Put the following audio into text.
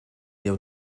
déu